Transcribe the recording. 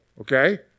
Okay